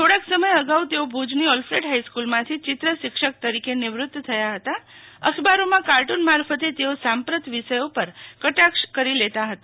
થોડાક સમય અગાઉ તેઓ ભુજની ઓલફેડ હાઈસ્કુલમાંથી ચિત્ર શિક્ષક તરીકે નિવૃ ત થયા હતા અખબારોમાં કાર્ટું ન મારફતે તેઓ સંપ્રત વિષયો પર કટાક્ષ કરી લેતા હતા